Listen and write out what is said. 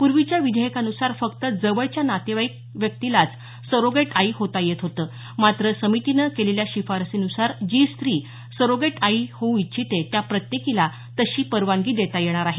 पूर्वीच्या विधेयकानुसार फक्त जवळच्या नातेवाईक स्त्री लाच सरोगेट आई होता येत होतं मात्र समितीनं केलेल्या शिफारसीनुसार जी स्त्री सरोगेट आई होऊ इच्छीते त्या प्रत्येकीला तशी परवानगी देता येणार आहे